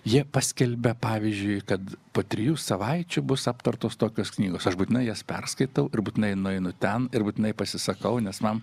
jie paskelbia pavyzdžiui kad po trijų savaičių bus aptartos tokios knygos aš būtinai jas perskaitau ir būtinai nueinu ten ir būtinai pasisakau nes man